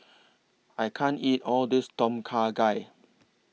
I can't eat All This Tom Kha Gai